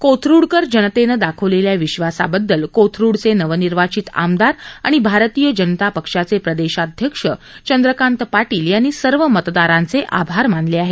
कोथरूडकर जनतेनं दाखवलेल्या विश्वासाबददल कोथरुडचे नवनिर्वाचित आमदार आणि भारतीय जनता पक्षाचे प्रदेशाध्यक्ष चंद्रकांत पाटील यांनी सर्व मतदारांचे आभार मानले आहेत